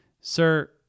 Sir